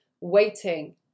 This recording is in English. waiting